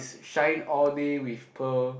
shine all day with pearl